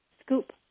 scoop